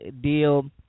deal